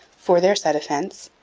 for their said offence,